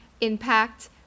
impact